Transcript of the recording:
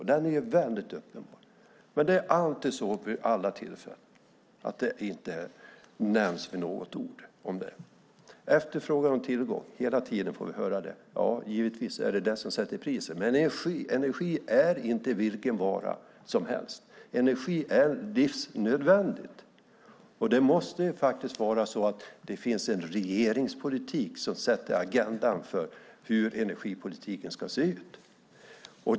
Den är väldigt uppenbar. Men det är alltid så vid alla tillfällen, att det inte nämns med ett enda ord. Efterfrågan och tillgång - hela tiden får vi höra det. Givetvis är det det som sätter priset, men energi är inte vilken vara som helst. Energi är livsnödvändigt, och det måste faktiskt finnas en regeringspolitik som sätter agendan för hur energipolitiken ska se ut.